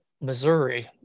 Missouri